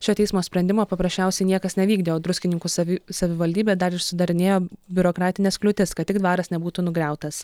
šio teismo sprendimo paprasčiausiai niekas nevykdė o druskininkų savi savivaldybė dar ir sudarinėjo biurokratines kliūtis kad tik dvaras nebūtų nugriautas